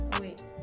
wait